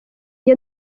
jye